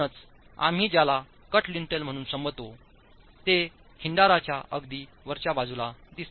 म्हणूनच आम्ही ज्याला कट लिन्टल म्हणून संबोधतो ते खिंडारच्या अगदी वरच्या बाजूला दिसतात